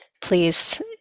Please